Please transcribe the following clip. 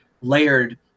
layered